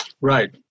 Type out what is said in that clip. Right